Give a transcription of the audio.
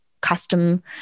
custom